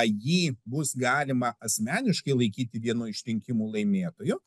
jį bus galima asmeniškai laikyti vienu iš rinkimų laimėtoju